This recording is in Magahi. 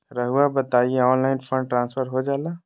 रहुआ बताइए ऑनलाइन फंड ट्रांसफर हो जाला?